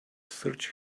searched